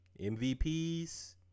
MVPs